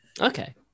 Okay